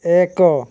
ଏକ